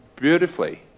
beautifully